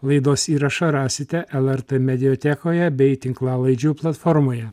laidos įrašą rasite lrt mediatekoje bei tinklalaidžių platformoje